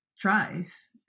tries